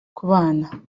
kubana